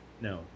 no